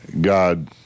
God